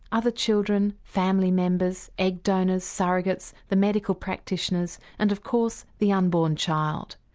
other children, family members, egg donors, surrogates, the medical practitioners and of course the unborn child.